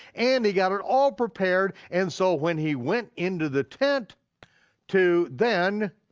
and he got it all prepared and so when he went into the tent to then